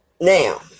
Now